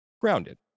grounded